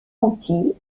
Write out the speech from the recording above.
antilles